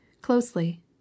Closely